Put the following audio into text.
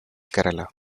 kerala